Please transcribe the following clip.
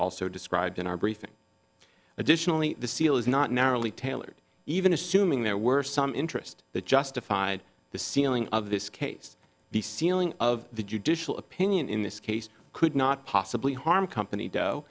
also described in our briefing additionally the seal is not narrowly tailored even assuming there were some interest that justified the ceiling of this case the ceiling of the judicial opinion in this case could not possibly harm company